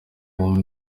wumve